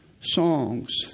songs